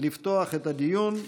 לפתוח את הדיון.